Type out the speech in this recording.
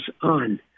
on